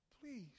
please